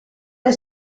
dei